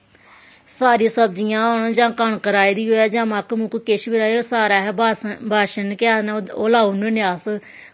सारी सब्जियां होन जां कनक राही दी होऐ जां मक्क मुक्क किश बी राहे दा होऐ सारे अस बासन बाशन केह् आखदे न ओह् ओह् लाई ओड़ने होन्ने न अस